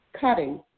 cutting